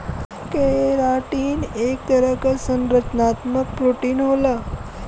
keratin एक तरह क संरचनात्मक प्रोटीन होला